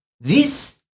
this-